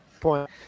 point